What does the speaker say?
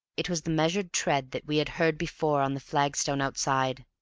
it was the measured tread that we had heard before on the flagstones outside.